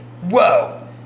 Whoa